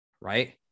right